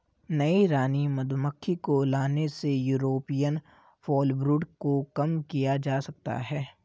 नई रानी मधुमक्खी को लाने से यूरोपियन फॉलब्रूड को कम किया जा सकता है